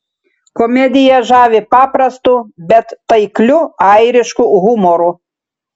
komedija žavi paprastu bet taikliu airišku humoru